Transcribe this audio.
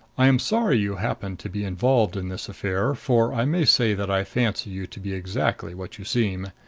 i am sorry you happen to be involved in this affair, for i may say that i fancy you to be exactly what you seem.